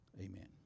Amen